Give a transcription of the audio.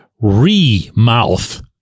re-mouth